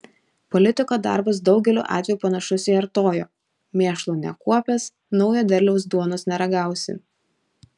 politiko darbas daugeliu atvejų panašus į artojo mėšlo nekuopęs naujo derliaus duonos neragausi